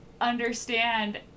understand